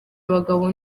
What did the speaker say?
abagabo